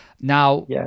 Now